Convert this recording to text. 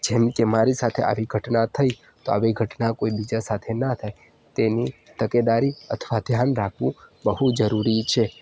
જેમ કે મારી સાથે આવી ઘટના થઈ તો આવી ઘટના કોઈ બીજા સાથે ન થાય તેની તકેદારી અથવા ઘ્યાન રાખવું બહુ જરુરી છે